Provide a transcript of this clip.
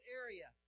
area